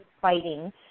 fighting